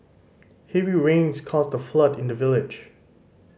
heavy rains caused a flood in the village